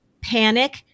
Panic